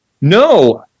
No